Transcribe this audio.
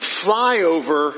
flyover